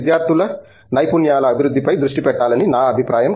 విద్యార్థుల నైపుణ్యాల అభివృద్ధి పై దృష్టి పెట్టాలని నా అభిప్రాయం